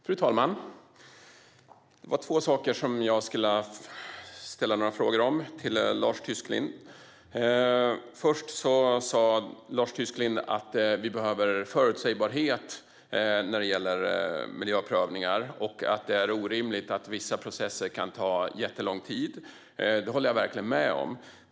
Fru talman! Det är två saker som jag skulle vilja ställa några frågor till Lars Tysklind om. För det första sa Lars Tysklind att vi behöver förutsägbarhet när det gäller miljöprövningar och att det är orimligt att vissa processer kan ta jättelång tid. Det håller jag verkligen med om.